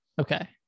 Okay